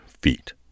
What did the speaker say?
feet